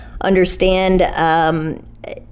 understand